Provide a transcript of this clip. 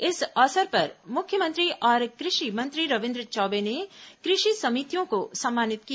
इस अवसर पर मुख्यमंत्री और कृषि मंत्री रविन्द्र चौबे ने कृषि समितियों को सम्मानित किया